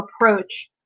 approach